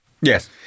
Yes